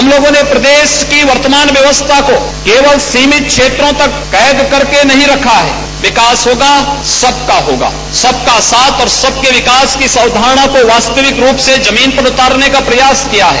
हम लोगों ने पदेश की वर्तमान व्यवस्था को केवल सीमित क्षेत्रों तक कैद करके नहीं रखा है विकास होगा सबका होगा सबका साथ और सबके विकास की इस अवधारणा को वास्तविक रूप से जमीन पर उतारने का प्रयास किया है